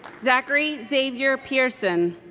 zachary xavier pearson